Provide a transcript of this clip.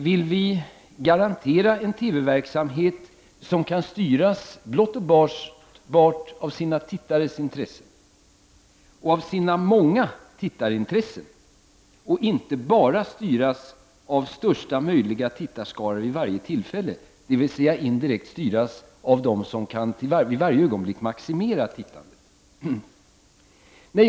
Vill vi garantera en TV-verksamhet som kan styras blott och bart av sina många tittares intressen och som inte bara styrs av största möjliga tittarskaror vid varje tillfälle, dvs. indirekt styrs av dem som i varje ögonblick kan maximera tittandet?